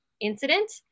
incident